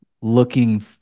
looking